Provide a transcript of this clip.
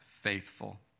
faithful